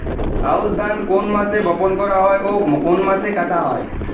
আউস ধান কোন মাসে বপন করা হয় ও কোন মাসে কাটা হয়?